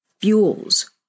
fuels